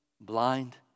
blind